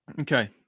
Okay